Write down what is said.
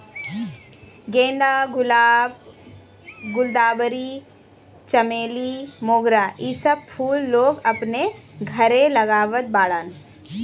गेंदा, गुलाब, गुलदावरी, चमेली, मोगरा इ सब फूल लोग अपने घरे लगावत बाड़न